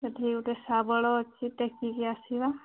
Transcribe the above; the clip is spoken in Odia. ସେଠି ଗୋଟେ ଶାବଳ ଅଛି ଟେକିକି ଆସିବା